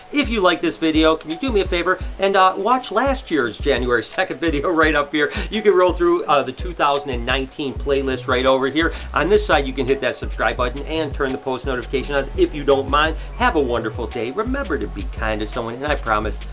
if you liked this video, can you do me a favor and watch last year's january second video right up here. you can roll through the two thousand and nineteen playlist right over here. on this side, you can hit that subscribe button and turn the post notifications on, if you don't mind. have a wonderful day. remember to be kind to someone, and i promise,